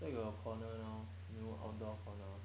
thought you got your corner now new outdoor corner